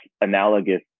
analogous